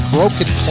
Broken